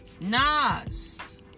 Nas